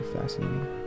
fascinating